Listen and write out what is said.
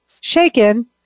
shaken